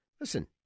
listen